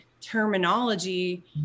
terminology